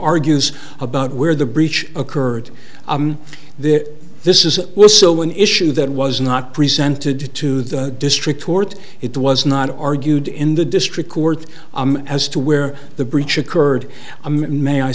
argues about where the breach occurred there this is also an issue that was not presented to the district court it was not argued in the district court as to where the breach occurred may i